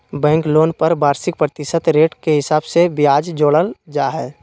bank loan पर वार्षिक प्रतिशत रेट के हिसाब से ब्याज जोड़ल जा हय